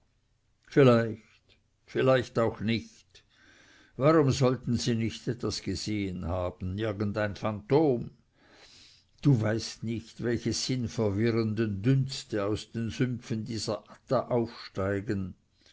vielleicht vielleicht auch nicht warum sollten sie nicht etwas gesehen haben irgendein phantom du weißt nicht welche sinnverwirrenden dünste aus den sümpfen dieser adda aufsteigen